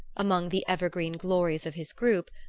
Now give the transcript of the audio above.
among the evergreen glories of his group,